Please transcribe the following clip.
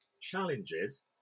challenges